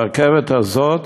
הרכבת הזאת